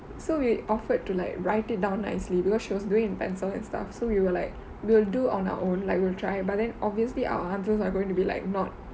so we offered to like write it down nicely because she was doing in pencil and stuff so we were like will do on our own like we'll try but then obviously our answers are going to be like not